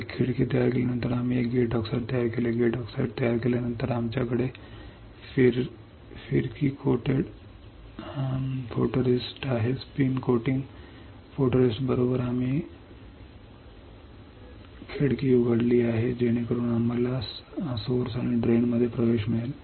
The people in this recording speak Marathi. एक खिडकी तयार केल्यानंतर आम्ही एक गेट ऑक्साईड तयार केले गेट ऑक्साईड तयार केल्यानंतर आमच्याकडे स्पिन लेपित फोटोरिस्ट आहे स्पिन कोटिंग फोटोरिस्टिस्ट बरोबर आम्ही खिडकी उघडली आहे जेणेकरून आम्हाला स्त्रोत आणि ड्रेनमध्ये प्रवेश मिळेल